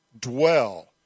dwell